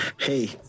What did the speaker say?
hey